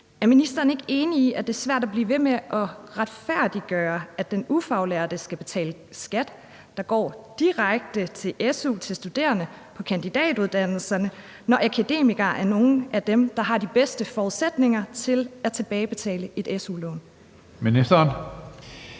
Er ministeren ikke enig i, at det er svært at blive ved med at retfærdiggøre, at den ufaglærte skal betale skat, der går direkte til su til studerende på kandidatuddannelserne, når akademikerne er nogle af dem, der har de bedste forudsætninger for at tilbagebetale et su-lån? Kl.